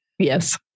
Yes